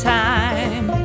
time